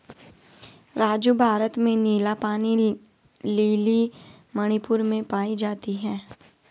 राजू भारत में नीला पानी लिली मणिपुर में पाई जाती हैं